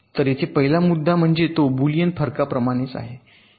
तर येथे पहिला मुद्दा म्हणजे तो बुलियन फरकाप्रमाणेच आहे कसे